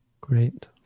Great